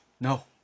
No